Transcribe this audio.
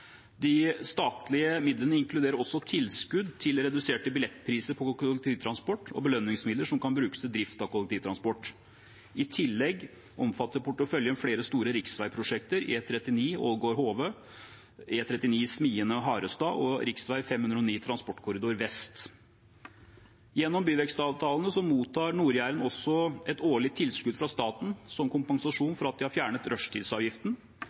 De statlige midlene inkluderer også tilskudd til reduserte billettpriser på kollektivtransport og belønningsmidler som kan brukes til drift av kollektivtransport. I tillegg omfatter porteføljen flere store riksveiprosjekter, E39 Ålgård–Hove, E39 Smiene–Harestad og rv. 509 Transportkorridor vest. Gjennom byvekstavtalen mottar Nord-Jæren også et årlig tilskudd fra staten som kompensasjon for at de har fjernet